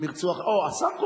אם ירצו,